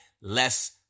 less